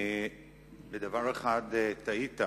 בדבר אחד טעית,